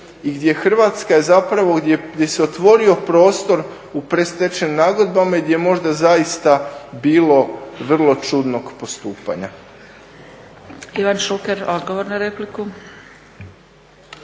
i gdje Hrvatska je zapravo, gdje se otvorio prostor u predstečajnim nagodbama i gdje možda zaista bilo vrlo čudnog postupanja.